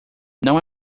não